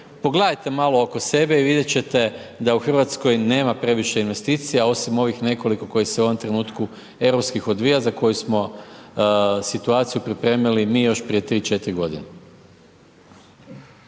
Pogledajte malo oko sebe i vidjeti ćete da u Hrvatskoj nema previše investicija, osim ovih nekoliko koji se u ovom trenutku, europskih odvija, za koje smo situaciju pripremili, mi još prije 3-4 godine.